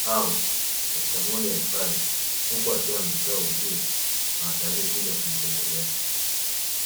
au katika moja ya hifadhi huku akiwa amewekewa uzio na watalii huja kumtembelea.